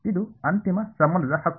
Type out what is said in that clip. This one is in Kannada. ಇದು ಅಂತಿಮ ಸಂಬಂಧದ ಹಕ್ಕು